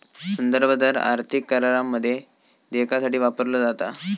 संदर्भ दर आर्थिक करारामध्ये देयकासाठी वापरलो जाता